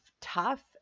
tough